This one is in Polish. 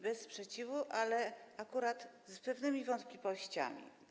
Bez sprzeciwu, ale akurat z pewnymi wątpliwościami.